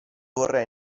vorrei